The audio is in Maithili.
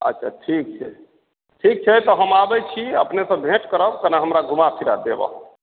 अच्छा ठीक छै ठीक छै तऽ हम आबै छी अपने से भेँट करब कने हमरा घुमा फिरा देब अहाँ